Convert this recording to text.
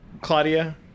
Claudia